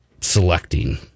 selecting